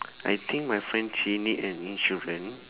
I think my friend she need an insurance